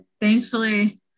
thankfully